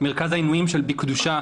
מרכז העינויים של "בקדושה",